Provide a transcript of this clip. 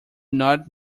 not